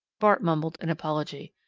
bart mumbled an apology.